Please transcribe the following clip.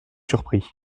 surpris